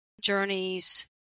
journeys